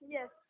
Yes